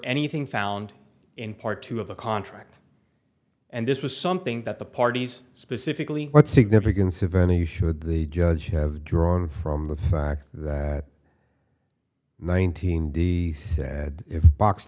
anything found in part two of the contract and this was something that the parties specifically what significance of any you should the judge have drawn from the fact that in one thousand the said if box